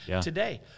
today